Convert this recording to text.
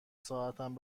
ساعتم